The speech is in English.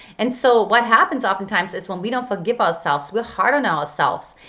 and so what happens oftentimes is when we don't forgive ourselves, we're hard on ourselves.